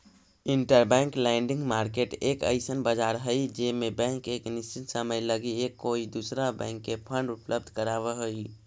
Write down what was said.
interbank lending market एक अइसन बाजार हई जे में बैंक एक निश्चित समय लगी एक कोई दूसरा बैंक के फंड उपलब्ध कराव हई